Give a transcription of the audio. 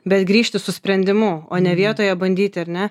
bet grįžti su sprendimu o ne vietoje bandyti ar ne